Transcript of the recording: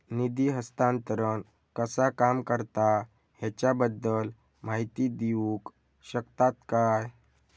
निधी हस्तांतरण कसा काम करता ह्याच्या बद्दल माहिती दिउक शकतात काय?